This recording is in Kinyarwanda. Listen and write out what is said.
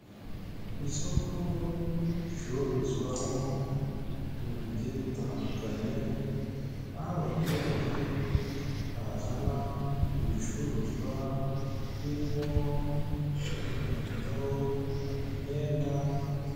Isoko ricururizwamo ibintu bigiye bitandukanye aho abaturage bazana ibicuruzwa birimo , inkweto, imyenda.